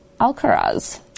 Alcaraz